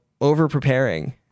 over-preparing